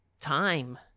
time